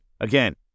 Again